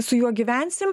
su juo gyvensim